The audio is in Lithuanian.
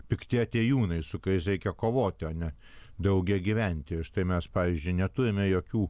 pikti atėjūnai su kuriais reikia kovoti o ne drauge gyventi štai mes pavyzdžiui neturime jokių